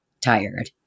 tired